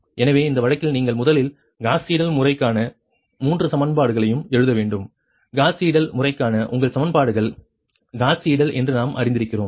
எனவே அந்த வழக்கில் நீங்கள் முதலில் காஸ் சீடல் முறைக்கான மூன்று சமன்பாடுகளையும் எழுத வேண்டும் காஸ் சீடல் முறைக்கான உங்கள் சமன்பாடுகள் காஸ் சீடெல் என்று நாம் அறிந்திருக்கிறோம்